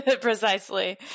Precisely